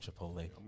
Chipotle